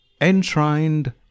Enshrined